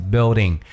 Building